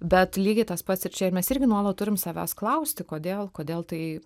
bet lygiai tas pats ir čia ir mes irgi nuolat turim savęs klausti kodėl kodėl tai